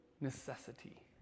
necessity